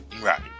Right